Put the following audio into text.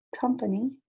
company